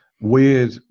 weird